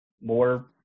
more